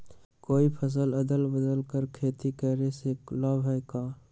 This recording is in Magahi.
कोई फसल अदल बदल कर के खेती करे से लाभ है का?